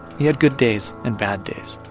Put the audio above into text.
he had good days and bad days.